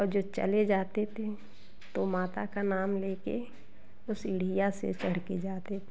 और जो चले जाते थे तो माता का नाम ले कर वो सीढ़ियों से चढ़ कर जाते थे